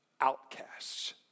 outcasts